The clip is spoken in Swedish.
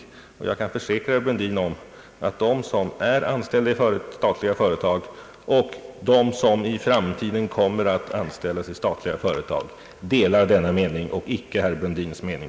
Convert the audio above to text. Jag kan försäkra herr Brundin att de som är anställda i statliga företag delar denna mening och inte herr Brundins.